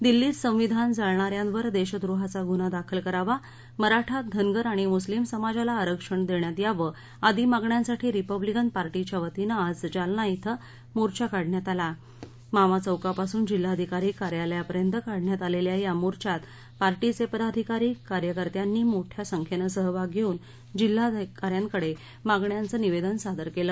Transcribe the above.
दिल्लीत संविधान जाळणा यांवर देशद्रोहाचा गुन्हा दाखल करावा मराठा धनगर आणि मुस्लीम समाजाला आरक्षण देण्यात यावंआदी मागण्यासांठी रिपब्लिकन पार्टीच्यावतीनं आज जालना क्षे मोर्चा काढण्यात आला मामा चौकापासून जिल्हाधिकारी कार्यालयापर्यंत काढण्यात आलेल्या या मोर्चात पार्टीचे पदाधिकारी कार्यकर्त्यांनी मोठ्या संख्येनं सहभाग घेवून जिल्हाधिका यौकडे मागण्यांच निवेदन सादरकेलं